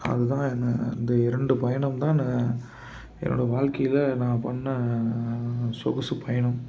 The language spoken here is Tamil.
அதுதான் என்ன இந்த இரண்டு பயணம்தான் நான் என்னோடய வாழ்க்கையில நான் பண்ண சொகுசு பயணம்